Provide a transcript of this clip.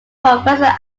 professor